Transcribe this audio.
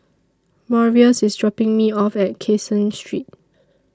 Marius IS dropping Me off At Caseen Street